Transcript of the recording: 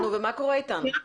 נו, ומה קורה איתם?